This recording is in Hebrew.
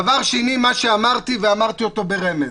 דבר שני מה שאמרתי, ואמרתי אותו ברמז